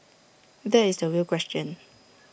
that is the real question